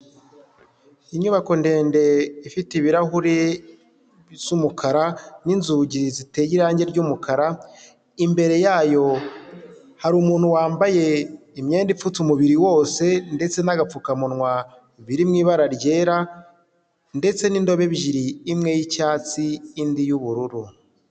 Inyubako ndende ifite ibirahuri bisa umukara n'inzugi ziteye irangi ry'umukara, imbere yayo hari umuntu wambaye imyenda ipfutse umubiri wose ndetse n'agapfukamunwa biri mu ibara ryera ndetse n'indobo ebyiri imwe y'icyatsi indi y'ubururu.